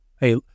Hey